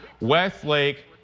Westlake